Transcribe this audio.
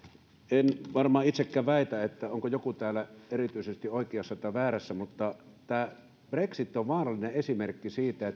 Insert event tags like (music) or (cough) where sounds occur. en varmaan itsekään väitä onko joku täällä erityisesti oikeassa tai väärässä mutta tämä brexit on vaarallinen esimerkki siitä (unintelligible)